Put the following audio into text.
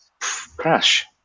crash